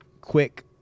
quick